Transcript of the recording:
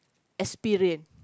experience